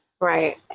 Right